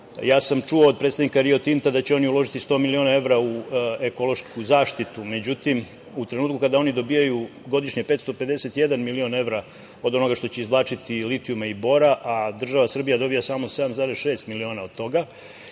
sam od predsednika „Rio Tinta“ da će oni uložiti 100 miliona evra u ekološku zaštitu, međutim u trenutku kada oni dobijaju godišnje 551 milion evra od onoga što će izvlačiti, litijuma i bora, a država Srbija dobija samo 7,6 miliona od toga